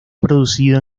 producido